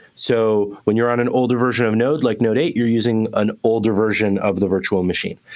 so when you're on an older version of node, like node eight, you're using an older version of the virtual machine.